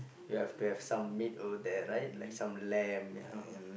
you have to have some meat over there right like some lamb you know